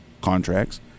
contracts